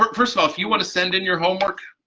um, first of all, if you want to send in your homework,